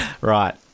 Right